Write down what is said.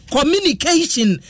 Communication